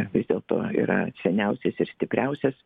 vis dėlto yra seniausias ir stipriausias